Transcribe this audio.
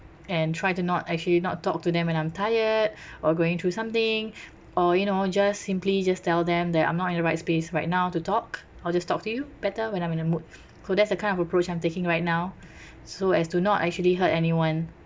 and try to not actually not talk to them when I'm tired or going through something or you know just simply just tell them that I'm not in the right space right now to talk I'll just talk to you better when I'm in the mood so that's the kind of approach I'm taking right now so as to not actually hurt anyone